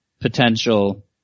potential